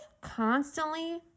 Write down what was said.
constantly